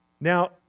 Now